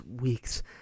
week's